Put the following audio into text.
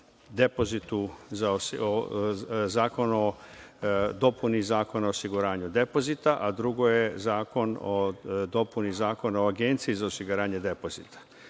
Jedno je Zakon o dopuni Zakona o osiguranju depozita, a drugo je Zakon o dopuni Zakona o Agenciji za osiguranje depozita.